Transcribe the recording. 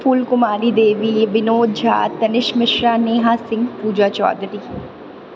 फूल कुमारी देबी बिनोद झा तनिष्क मिश्रा नेहा सिन्ह पूजा चौधरी